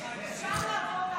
אפשר לעבור להצבעה.